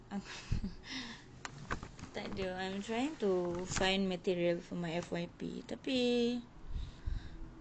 i~ takde I'm trying to find material for my F_Y_P tapi